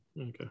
Okay